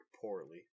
poorly